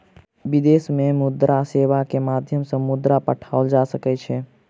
विदेश में मुद्रा सेवा के माध्यम सॅ मुद्रा पठाओल जा सकै छै